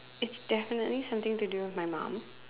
it's definitely something to do with my mom